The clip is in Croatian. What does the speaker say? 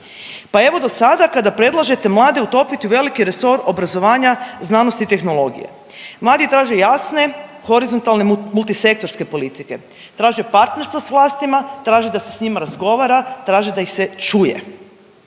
pa evo do sada kada predlažete mlade utopiti u veliki resor obrazovanja, znanosti i tehnologije. Mladi traže jasne, horizontalne, multisektorske politike. Traže partnerstvo s vlastima, traže da se s njima razgovara, traže da ih se čuje.